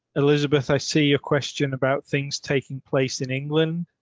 elizabeth i see your question about things taking place in england.